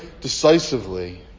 decisively